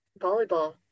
Volleyball